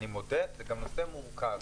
אני מודה, זה גם נושא מורכב,